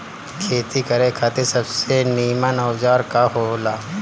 खेती करे खातिर सबसे नीमन औजार का हो ला?